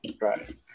Right